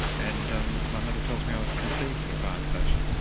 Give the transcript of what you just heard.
and um my mother tells me i was conceived in a fire station.